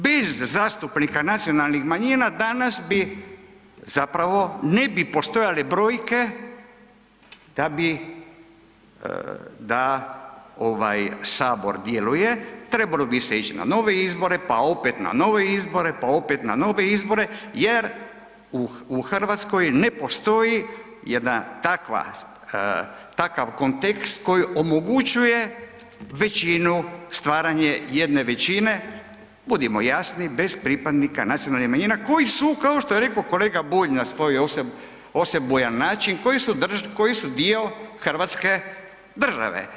Bez zastupnika nacionalnih manjina danas bi zapravo ne bi postojale brojke, da Sabor djeluje, trebalo bi se ić na nove izbore, pa opet na nove izbore pa opet na nove izbore jer u Hrvatskoj ne postoji jedan takav kontekst koji omogućuje većinu, stvaranje jedne većine, budimo jasni, bez pripadnika nacionalnih manjina koji su kao što je rekao kolega Bulj na svoj osebujan način, koji su dio hrvatske države.